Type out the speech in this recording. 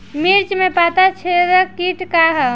मिर्च में पता छेदक किट का है?